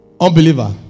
Unbeliever